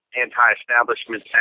anti-establishment